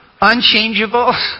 unchangeable